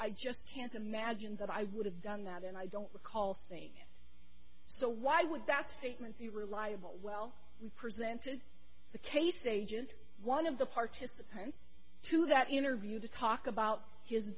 i just can't imagine that i would have done that and i don't recall saying so why would that statement be reliable well we presented the case agent one of the participants to that interview to talk about his